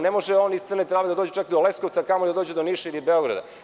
Ne može on iz Crne Trave da dolazi čak do Leskovca, a kamoli da dođe do Niša ili Beograda.